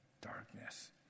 darkness